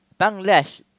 Bangladesh